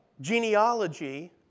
genealogy